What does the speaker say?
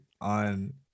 on